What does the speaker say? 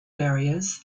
barriers